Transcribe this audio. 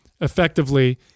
effectively